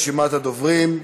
אני סוגר את רשימת הדוברים.